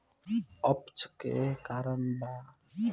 अपच के का कारण बा?